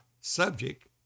subject